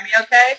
okay